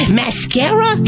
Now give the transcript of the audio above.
mascara